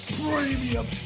premium